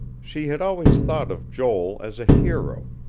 she had always thought of joel as a hero,